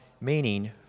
meaning